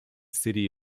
city